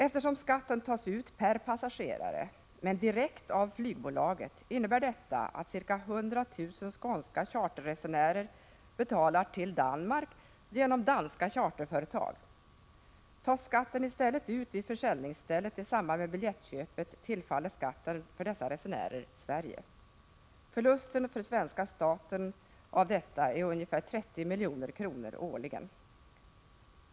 Eftersom skatten tas ut per passagerare men direkt av flygbolaget, betalar ca 100 000 skånska charterpassagerare till Danmark genom danska charterföretag. Tas skatten i stället ut vid försäljningsstället i samband med biljettköpet tillfaller skatten för dessa resenärer Sverige. Förlusten för svenska staten på detta är ungefär 30 milj.kr. årligen.